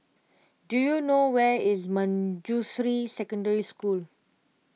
do you know where is Manjusri Secondary School